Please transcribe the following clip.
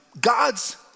God's